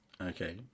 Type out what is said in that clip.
Okay